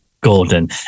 gordon